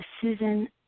Susan